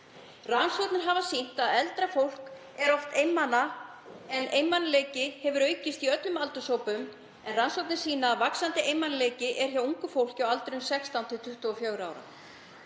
Rannsóknir hafa sýnt að eldra fólk er oft einmana. Einmanaleiki hefur aukist í öllum aldurshópum en rannsóknir sýna að vaxandi einmanaleiki er hjá ungu fólki á aldrinum 16–24 ára.